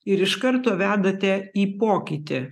ir iš karto vedate į pokytį